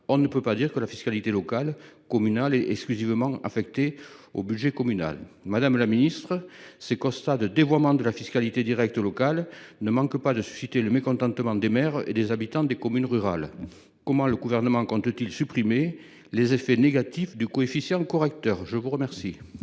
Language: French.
on ne peut plus dire que la fiscalité locale communale est exclusivement affectée au budget communal ! Ce dévoiement de la fiscalité directe locale ne manque pas de susciter le mécontentement des maires et des habitants des communes rurales. Comment le Gouvernement compte t il supprimer les effets négatifs du coefficient correcteur ? C’est une très